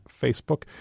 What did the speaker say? Facebook